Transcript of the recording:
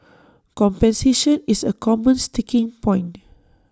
compensation is A common sticking point